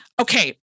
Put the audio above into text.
Okay